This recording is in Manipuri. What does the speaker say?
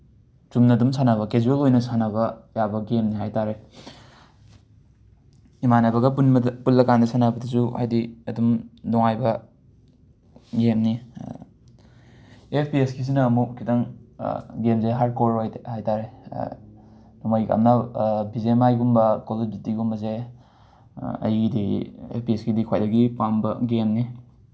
ꯆꯨꯝꯅ ꯑꯗꯨꯝ ꯁꯥꯟꯅꯕ ꯀꯦꯖ꯭ꯋꯦꯜ ꯑꯣꯏꯅ ꯁꯥꯟꯅꯕ ꯌꯥꯕ ꯒꯦꯝꯅꯤ ꯍꯥꯏ ꯇꯥꯔꯦ ꯏꯃꯥꯟꯅꯕꯒ ꯄꯨꯟꯂꯀꯥꯟꯗ ꯁꯥꯟꯅꯕꯗꯁꯨ ꯍꯥꯏꯗꯤ ꯑꯗꯨꯝ ꯅꯨꯡꯉꯥꯏꯕ ꯒꯦꯝꯅꯤ ꯑꯦꯐ ꯄꯤ ꯑꯦꯁꯀꯤꯁꯤꯅ ꯑꯃꯨꯛ ꯈꯤꯇꯪ ꯒꯦꯝꯁꯦ ꯍꯥꯔꯠꯀꯣꯔ ꯑꯣꯏ ꯍꯥꯏ ꯇꯥꯔꯦ ꯕꯤ ꯑꯦꯝ ꯑꯥꯏꯒꯨꯝꯕ ꯀꯣꯜ ꯑꯣꯐ ꯗ꯭ꯌꯨꯇꯤꯒꯨꯝꯕꯁꯦ ꯑꯩꯒꯤꯗꯤ ꯑꯦꯐ ꯄꯤ ꯑꯦꯁꯀꯤꯗꯤ ꯈ꯭ꯋꯥꯏꯗꯒꯤ ꯄꯥꯝꯕ ꯒꯦꯝꯅꯤ